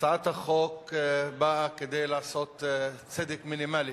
הצעת החוק באה לעשות צדק מינימלי.